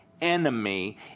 enemy